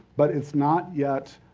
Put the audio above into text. but it's not yet,